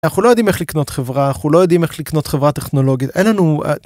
אנחנו לא יודעים איך לקנות חברה אנחנו לא יודעים איך לקנות חברה טכנולוגית אין לנו.